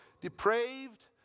depraved